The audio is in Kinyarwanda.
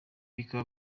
bikaba